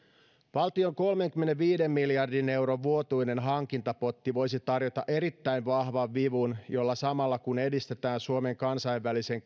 valtion kolmenkymmenenviiden miljardin euron vuotuinen hankintapotti voisi tarjota erittäin vahvan vivun jolla samalla kun edistetään suomen kansainvälisen